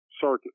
circuit